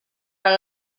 are